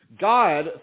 God